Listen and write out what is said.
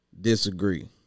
disagree